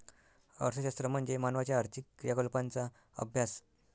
अर्थशास्त्र म्हणजे मानवाच्या आर्थिक क्रियाकलापांचा अभ्यास